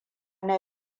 na